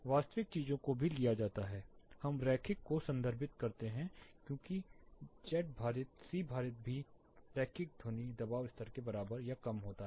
वास्तविक चीज को थी लिया जाता है हम रैखिक को संदर्भित करते हैं क्योंकि z भारित C भारित भी रैखिक ध्वनि दबाव स्तर के बराबर या कम होता है